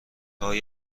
هام